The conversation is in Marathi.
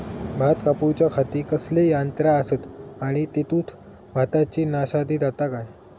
भात कापूच्या खाती कसले यांत्रा आसत आणि तेतुत भाताची नाशादी जाता काय?